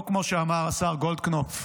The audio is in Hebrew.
לא כמו שאמר השר גולדקנופ,